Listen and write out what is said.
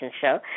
Show